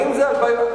זו זכות ולא,